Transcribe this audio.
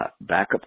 backup